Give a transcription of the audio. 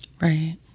Right